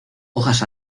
hojas